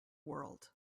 world